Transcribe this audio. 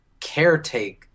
caretake